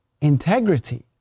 Integrity